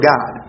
God